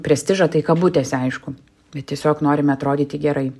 prestižą tai kabutėse aišku bet tiesiog norime atrodyti gerai